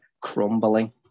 crumbling